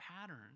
pattern